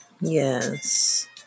Yes